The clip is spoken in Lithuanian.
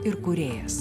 ir kūrėjas